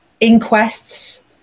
inquests